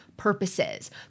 purposes